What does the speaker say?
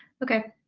okay.